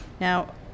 Now